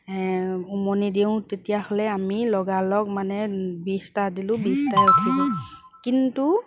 উমনি দিওঁ তেতিয়াহ'লে আমি লগালগ মানে বিছটা দিলোঁ বিছটা কিন্তু